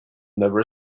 never